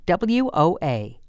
WOA